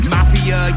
Mafia